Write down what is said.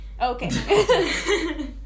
okay